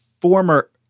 former